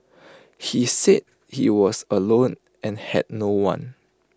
he said he was alone and had no one